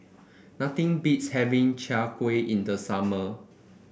nothing beats having Chai Kuih in the summer